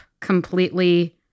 completely